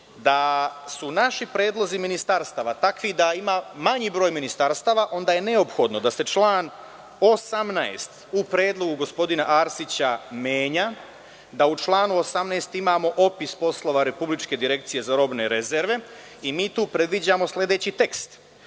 da su naši predlozi ministarstava takvi da ima manji broj ministarstava onda je neophodno da se član 18. u predlogu gospodina Arsića menja, da u članu 18. imamo opis poslova Republičke direkcije za robne rezerve i tu predviđamo sledeći tekst